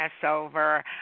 Passover